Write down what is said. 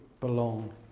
belong